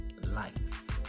lights